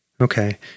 Okay